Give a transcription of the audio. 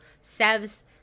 Sev's